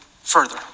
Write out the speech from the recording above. further